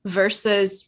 versus